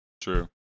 true